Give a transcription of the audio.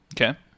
Okay